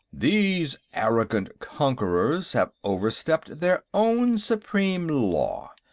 these arrogant conquerors have overstepped their own supreme law.